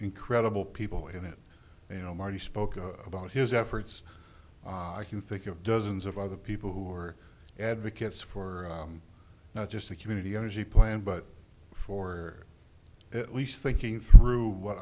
incredible people in it you know marty spoke of about his efforts i can think of dozens of other people who are advocates for not just a community energy plan but for at least thinking through what